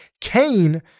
Cain